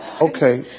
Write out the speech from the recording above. Okay